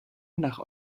nach